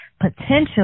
potential